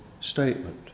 statement